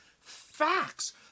facts